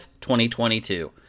2022